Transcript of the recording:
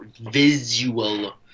visual